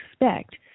expect